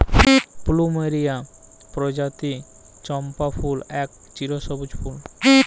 plumeria পরজাতির চম্পা ফুল এক চিরসব্যুজ ফুল